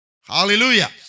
Hallelujah